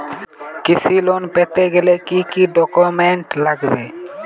কৃষি লোন পেতে গেলে কি কি ডকুমেন্ট লাগবে?